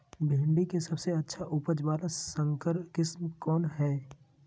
भिंडी के सबसे अच्छा उपज वाला संकर किस्म कौन है?